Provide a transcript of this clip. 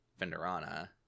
Fenderana